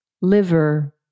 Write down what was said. liver